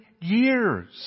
years